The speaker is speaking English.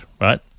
right